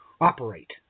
operate